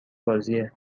بازیه